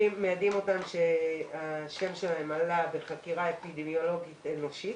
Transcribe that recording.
מיידעים אותם שהשם שלהם עלה בחקירה אפידמיולוגית אנושית